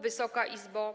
Wysoka Izbo!